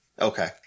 Okay